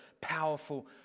powerful